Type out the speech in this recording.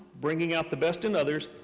bringing out the best in others,